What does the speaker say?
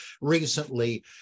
recently